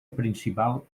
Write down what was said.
principal